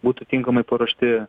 būtų tinkamai paruošti